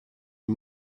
les